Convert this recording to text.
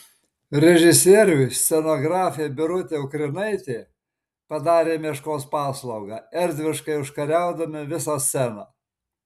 režisieriui scenografė birutė ukrinaitė padarė meškos paslaugą erdviškai užkariaudama visą sceną